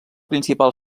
principal